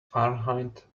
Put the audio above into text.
fahrenheit